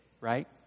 right